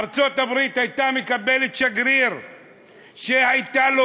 ארצות-הברית הייתה מקבלת שגריר שהייתה לו